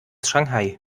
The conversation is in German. shanghai